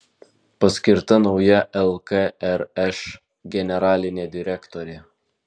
paskirta nauja lkrš generalinė direktorė